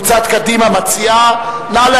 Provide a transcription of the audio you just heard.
של קבוצת סיעת מרצ וקבוצת סיעת קדימה לסעיף 1 לא